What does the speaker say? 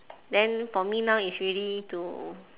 then for me now it's really to